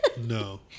no